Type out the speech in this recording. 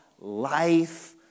life